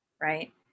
right